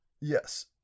Yes